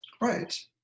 Right